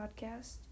podcast